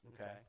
okay